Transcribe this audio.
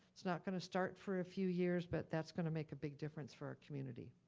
it's not gonna start for a few years, but that's gonna make a big difference for our community.